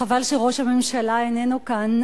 חבל שראש הממשלה איננו כאן.